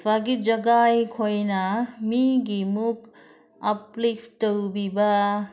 ꯐꯥꯒꯤ ꯖꯨꯒꯥꯏꯈꯣꯏꯅ ꯃꯤꯒꯤꯃꯨꯛ ꯎꯞꯂꯤꯐ ꯇꯧꯕꯤꯕ